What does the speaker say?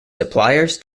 suppliers